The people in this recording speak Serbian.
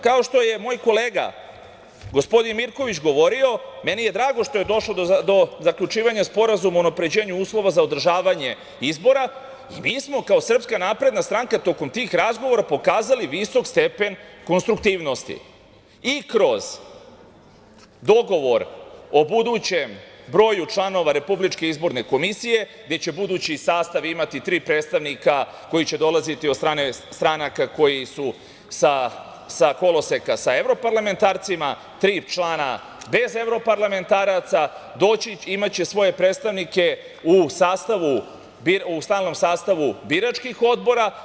Kao što je moj kolega, gospodin Mirković govorio, meni je drago što je došlo do zaključivanja sporazuma o unapređenju uslova za održavanje izbora i mi smo kao SNS tokom tih razgovora pokazali visok stepen konstruktivnosti i kroz dogovor o budućem broju članova RIK-a, gde će budući sastav imati tri predstavnika koji će dolaziti od strane stranaka koje su sa koloseka sa evroparlamentarcima, tri člana bez evroparlamentaraca, imaće svoje predstavnike u stalnom sastavu biračkih odbora.